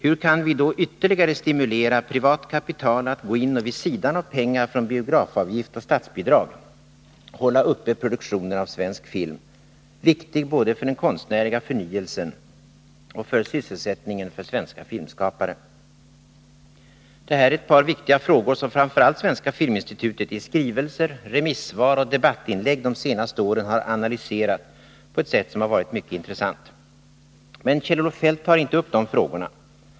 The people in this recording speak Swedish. Hur kan vi då ytterligare stimulera privat kapital att gå in vid sidan av pengar från biografavgift och statsbidrag för att hålla uppe produktionen av svensk film, viktig både för den konstnärliga förnyelsen och för sysselsättningen för svenska filmskapare? Det här är ett par viktiga frågor som framför allt Svenska filminstitutet i skrivelser, remissvar och debattinlägg de senaste åren har analyserat på ett sätt som har varit mycket intressant. Men Kjell-Olof Feldt tar inte upp de frågorna.